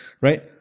right